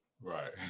right